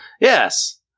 Yes